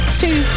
two